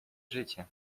życia